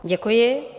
Děkuji.